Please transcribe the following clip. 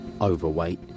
overweight